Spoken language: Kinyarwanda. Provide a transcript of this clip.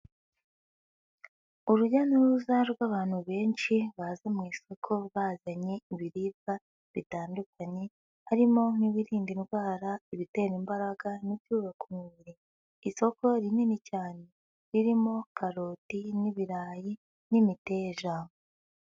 Urujya n'uruza rw'abantu benshi baje mu isoko bazanye ibiribwa bitandukanye, harimo nk'ibiririnda indwara, ibitera imbaraga n'ibyubaka umubiri, isoko rinini cyane ririmo karoti, n'ibirayi n'imiteja.